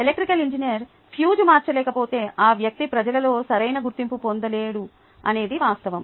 electrical engineer fuse మార్చలేకపోతే ఆ వ్యక్తి ప్రజలలో సరైన గుర్తింపు పొందలేడు అనేది వాస్తవం